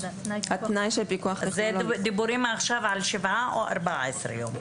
מדברים עכשיו על שבעה או על 14 ימים?